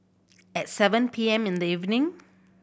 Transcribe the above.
at seven P M in the evening